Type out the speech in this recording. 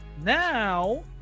Now